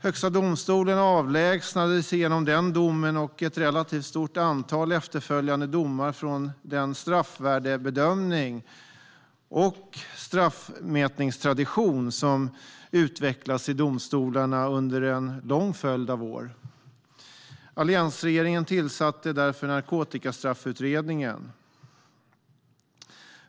Högsta domstolen avlägsnade sig genom den domen och ett relativt stort antal efterföljande domar från den straffvärdesbedömning och straffmätningstradition som utvecklats i domstolarna under en lång följd av år. Alliansregeringen tillsatte därför Narkotikastraffutredningen.